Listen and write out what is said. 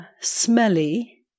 smelly